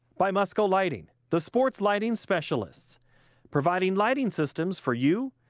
by mussco lighting. the sports lighting specialists providing lighting systems for you,